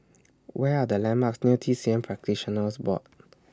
Where Are The landmarks near T C M Practitioners Board